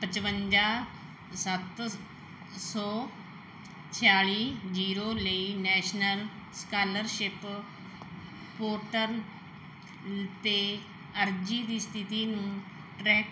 ਪਚਵੰਜਾ ਸੱਤ ਸੌ ਛਿਆਲੀ ਜ਼ੀਰੋ ਲਈ ਨੈਸ਼ਨਲ ਸਕਾਲਰਸ਼ਿਪ ਪੋਰਟਲ ਲ 'ਤੇ ਅਰਜ਼ੀ ਦੀ ਸਥਿਤੀ ਨੂੰ ਟਰੈਕ